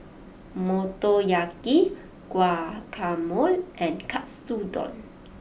Motoyaki Guacamole and Katsudon